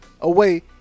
away